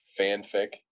fanfic